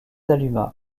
alluma